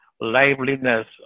liveliness